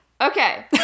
Okay